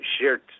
shared